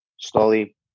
slowly